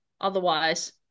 Otherwise